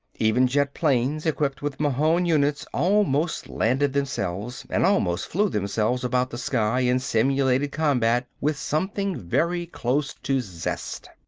even jet-planes equipped with mahon units almost landed themselves, and almost flew themselves about the sky in simulated combat with something very close to zest.